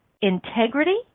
integrity